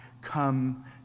come